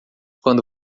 quando